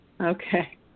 Okay